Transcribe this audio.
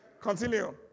Continue